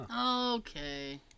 Okay